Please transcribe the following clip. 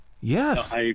yes